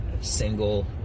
single